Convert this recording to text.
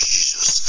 Jesus